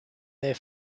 their